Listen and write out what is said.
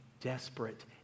desperate